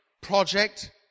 project